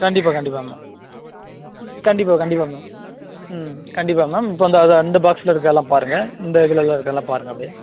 கண்டிப்பாக கண்டிப்பாக மேம் ம் கண்டிப்பாக கண்டிப்பாக மேம் ம் கண்டிப்பாக மேம் இப்போ வந்து அந்த அதை அந்த பாக்ஸில் இருக்கிறது எல்லாம் பாருங்க இந்த இதில் இருக்கிறதெல்லாம் பாருங்க அப்டே